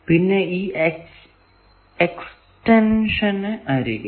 പിന്നെ ഈ എക്സൈറ്റഷൻ അരികെ